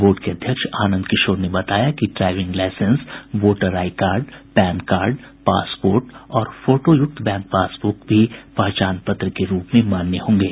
board के अध्यक्ष आनंद किशोर ने बताया कि driving licence voter I card pan card passport और फोटोयुक्त बैंक पासब्रक भी पहचान पत्र के रूप में मान्य होंगे